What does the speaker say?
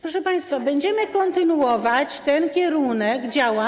Proszę państwa, będziemy kontynuować ten kierunek działań.